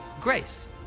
grace